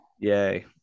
Yay